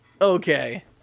okay